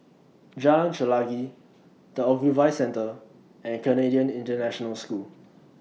Jalan Chelagi The Ogilvy Centre and Canadian International School